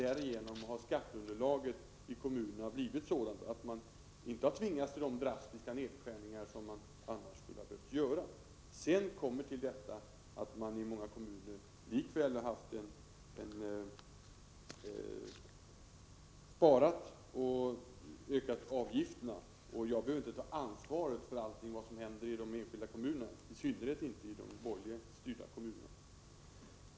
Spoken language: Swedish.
Därigenom har skatteunderlaget i kommunerna blivit sådant att man inte har tvingats till de drastiska nedskärningar som man annars skulle ha behövt göra. Till detta kommer att man i många kommuner likväl har sparat och ökat avgifterna. Men jag behöver inte ta ansvar för allt som händer i de enskilda kommunerna, i synnerhet inte i de borgerligt styrda.